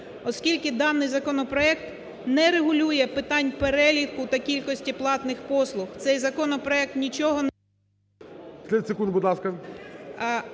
оскільки даний законопроект не регулює питань переліку та кількості платних послуг. Цей законопроект нічого…